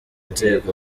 nzego